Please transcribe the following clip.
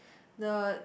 the